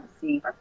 see